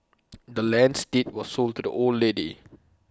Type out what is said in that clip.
the land's deed was sold to the old lady